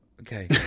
okay